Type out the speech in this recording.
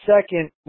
second